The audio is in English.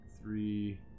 three